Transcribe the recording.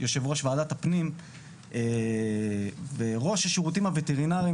יושבת ראש ועדת הפנים וראש השירותים הווטרינריים,